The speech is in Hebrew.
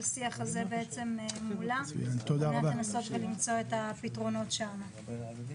השיח מולה כדי למצוא את הפתרונות המתאימים.